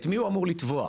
את מי אמור לתבוע?